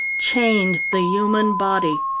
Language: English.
chained the human body.